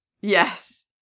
yes